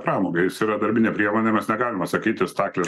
pramogai jis yra darbinė priemonėmismes negalime sakyti staklės